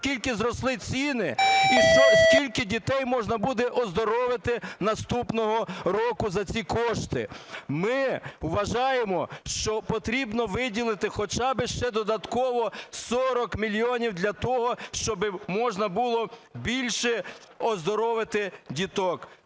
скільки зросли ціни і скільки дітей можна буде оздоровити наступного року за ці кошти! Ми вважаємо, що потрібно виділити хоча би ще додатково 40 мільйонів для того, щоб можна було більше оздоровити діток.